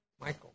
Michael